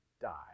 die